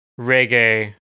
reggae